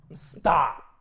Stop